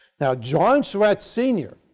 now john surrat, senior,